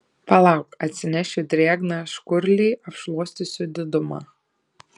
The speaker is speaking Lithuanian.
palauk atsinešiu drėgną škurlį apšluostysiu didumą